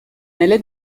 nelle